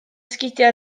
sgidiau